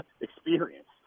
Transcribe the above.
experience